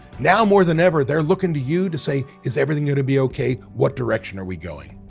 now, more than ever, they're looking to you to say, is everything going to be ok? what direction are we going?